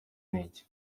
n’iki